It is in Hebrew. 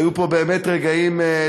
היו פה באמת רגעים דרמטיים,